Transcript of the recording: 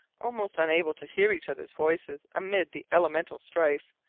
almost unable to hear each other's voices amid the elemental strife,